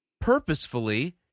purposefully